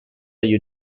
you